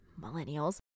millennials